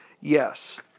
Yes